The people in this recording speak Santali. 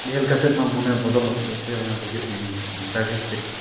ᱧᱮᱞ ᱠᱟᱛᱮᱫ ᱢᱟ ᱢᱚᱱᱮ ᱵᱚᱫᱚᱞᱚᱜ ᱜᱮᱭᱟ ᱥᱮ ᱵᱟᱝᱟ ᱫᱮᱡᱚᱜ ᱟᱹᱧ ᱢᱮᱱᱛᱮᱫ ᱚᱱᱠᱟᱜᱮ ᱮᱱᱛᱮᱫ